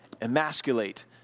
emasculate